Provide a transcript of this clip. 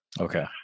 Okay